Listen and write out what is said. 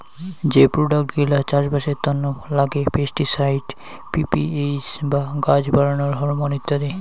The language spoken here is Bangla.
যে প্রোডাক্ট গিলা চাষবাসের তন্ন লাগে পেস্টিসাইড, পি.পি.এইচ বা গাছ বাড়ানোর হরমন ইত্যাদি